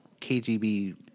KGB